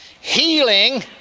healing